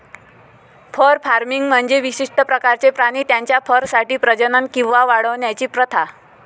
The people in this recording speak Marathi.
फर फार्मिंग म्हणजे विशिष्ट प्रकारचे प्राणी त्यांच्या फरसाठी प्रजनन किंवा वाढवण्याची प्रथा